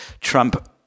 Trump